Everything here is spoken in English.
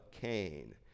Cain